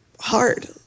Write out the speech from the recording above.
hard